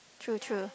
true true